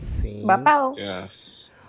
yes